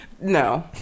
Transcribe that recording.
No